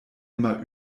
immer